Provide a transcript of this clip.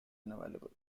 unavailable